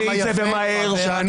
--- שר